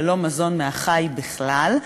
ללא מזון מהחי בכלל.